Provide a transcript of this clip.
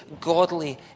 godly